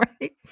Right